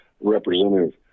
representative